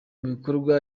bikorwa